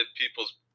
people's